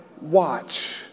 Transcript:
watch